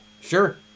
Sure